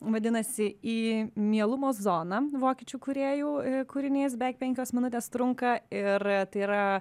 vadinasi į mielumo zoną vokiečių kūrėjų kūrinys beveik penkios minutės trunka ir tai yra